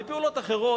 ובפעולות אחרות,